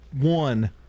one